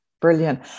brilliant